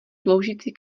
sloužící